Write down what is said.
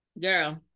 Girl